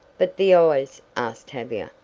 but the eyes! asked tavia.